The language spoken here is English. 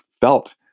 felt